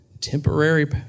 Temporary